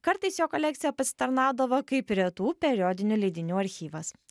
kartais jo kolekcija pasitarnaudavo kaip retų periodinių leidinių archyvas